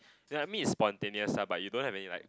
ya I mean it's spontaneous lah but you don't have any like